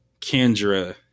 Kendra